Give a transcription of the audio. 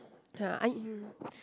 ya I